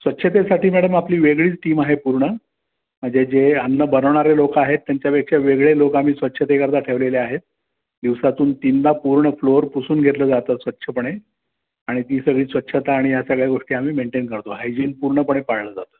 स्वच्छतेसाठी मॅडम आपली वेगळीच टीम आहे पूर्ण म्हणजे जे अन्न बनवणारे लोक आहेत त्यांच्यापेक्षा वेगळे लोक आम्ही स्वच्छतेकरता ठेवलेले आहेत दिवसातून तीनदा पूर्ण फ्लोअर पुसून घेतलं जातं स्वच्छपणे आणि ती सगळी स्वच्छता आणि या सगळ्या गोष्टी आम्ही मेंटेन करतो हायजिन पूर्णपणे पाळलं जातं